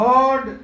Lord